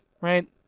right